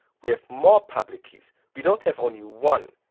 we have more public keys. we don't have only one.